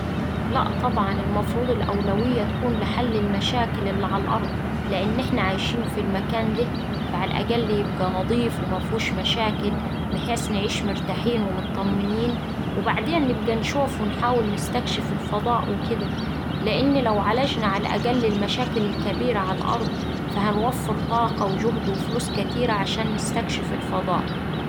لأ طبعا، المفروض الأولوية تكون لحل المشاكل اللي على الأرض لأن إحنا عايشين في المكان ده فعلى الأقل يبقا نضيف ومفيهوش مشاكل بحيث نعيش مرتاحين ومطمنين وبعدين نبقا نشوف ونحاول نستكشف الفضاء وكدا لإن لو عالجنا على الأقل المشاكل الكبيرة على الأرض فهنوفر طاقة وجهد وفلوس كتيرة عشان نستكشف الفضاء.